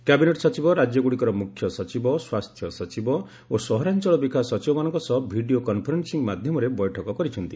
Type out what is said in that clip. cabinet ସଚିବ ରାଜ୍ୟଗୁଡ଼ିକର ମୁଖ୍ୟ ସଚିବ ସ୍ୱାସ୍ଥ୍ୟ ସଚିବ ଓ ସହରାଞ୍ଚଳ ବିକାଶ ସଚିବମାନଙ୍କ ସହ ଭିଡ଼ିଓ କନ୍ଫରେନ୍ସିଂ ମାଧ୍ୟମରେ ବୈଠକ କରିଛନ୍ତି